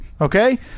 Okay